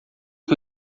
que